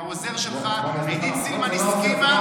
עידית סילמן הסכימה,